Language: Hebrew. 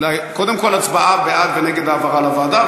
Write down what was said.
קודם כול הצבעה בעד ונגד העברה לוועדה,